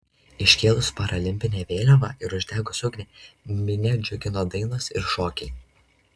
iškėlus paralimpinę vėliavą ir uždegus ugnį minią džiugino dainos ir šokiai